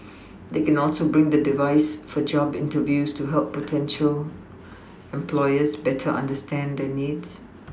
they can also bring the device for job interviews to help potential employers better understand their needs